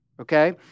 okay